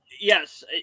yes